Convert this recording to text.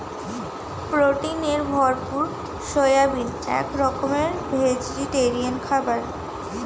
প্রোটিনে ভরপুর সয়াবিন এক রকমের ভেজিটেরিয়ান খাবার